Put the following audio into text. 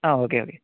ആ okay okay